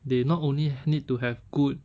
they not only need to have good